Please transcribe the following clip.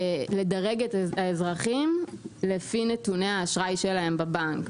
לדרג את האזרחים לפי נתוני האשראי שלהם בבנק.